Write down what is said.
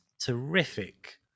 terrific